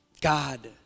God